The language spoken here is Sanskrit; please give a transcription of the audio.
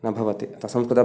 न भवति अतः संस्कृत